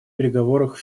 переговорах